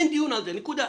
אין דיון על זה, נקודה.